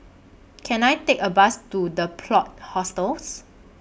Can I Take A Bus to The Plot Hostels